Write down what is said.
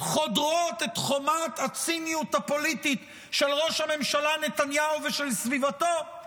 חודרות את חומת הציניות הפוליטית של ראש הממשלה נתניהו ושל סביבתו?